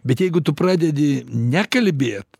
bet jeigu tu pradedi nekalbėt